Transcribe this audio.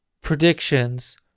predictions